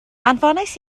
anfonais